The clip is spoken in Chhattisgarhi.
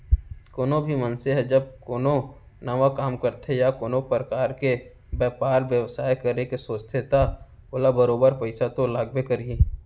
कोनो भी मनसे ह जब कोनो नवा काम करथे या कोनो परकार के बयपार बेवसाय करे के सोचथे त ओला बरोबर पइसा तो लागबे करही